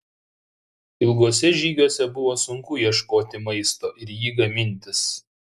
ilguose žygiuose buvo sunku ieškoti maisto ir jį gamintis